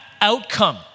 outcome